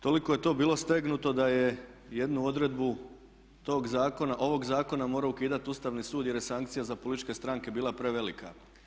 Toliko je to bilo stegnuto da je jednu odredbu tog zakona, ovog zakona, morao ukidati Ustavni sud jer je sankcija za političke stranke bila prevelika.